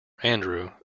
andrew